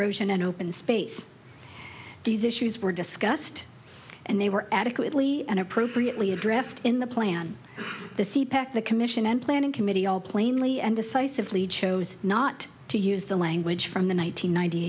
erosion and open space these issues were discussed and they were adequately and appropriately addressed in the plan the c pac the commission and planning committee all plainly and decisively chose not to use the language from the one nine